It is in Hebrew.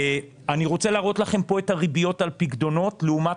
אני רוצה להראות לכם פה את הריביות על פיקדונות לעומת